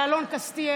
על אלון קסטיאל.